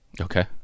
Okay